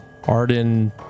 Arden